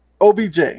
OBJ